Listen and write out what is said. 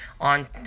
on